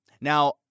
Now